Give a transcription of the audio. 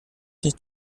nicht